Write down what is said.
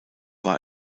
war